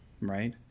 right